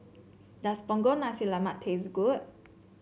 does Punggol Nasi Lemak taste good